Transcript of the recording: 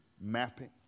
mapping